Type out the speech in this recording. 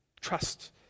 trust